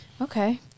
Okay